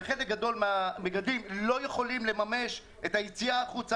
וחלק גדול מהמגדלים לא יכולים לממש את היציאה החוצה